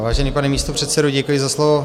Vážený pane místopředsedo, děkuji za slovo.